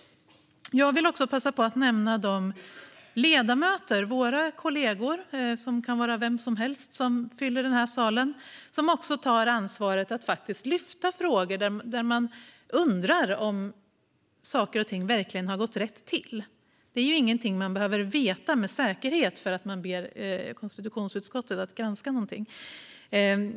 Jag vill också passa på att nämna de ledamöter, våra kollegor, som kan vara vem som helst i denna sal, som tar ansvaret att lyfta frågor när de undrar om saker och ting verkligen har gått rätt till. Det är ju ingenting man behöver veta med säkerhet när man ber konstitutionsutskottet att granska något.